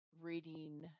reading